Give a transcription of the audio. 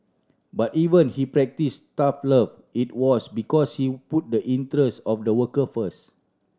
but even he practised tough love it was because he put the interest of the worker first